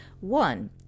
One